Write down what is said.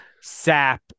sap